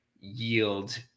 yield